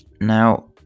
Now